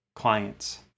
clients